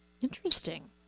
interesting